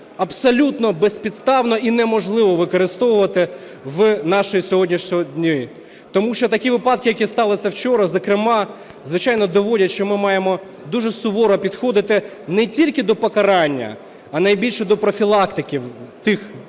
абсолютно безпідставно і неможливо використовувати в наші сьогоднішні дні. Тому що такі випадки, які сталися вчора, зокрема, звичайно, доводять, що ми маємо дуже суворо підходити не тільки до покарання, а найбільше до профілактики тих осіб,